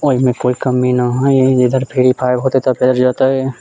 ओइमे कोइ कमी नहि हय जिधर फ्रीफाइर होतै तते जतै